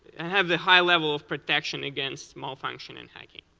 and have the high level of production against malfunction and hacking.